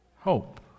Hope